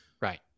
Right